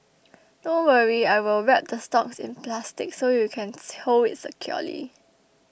don't worry I will wrap the stalks in plastic so you can hold it securely